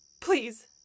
Please